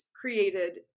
created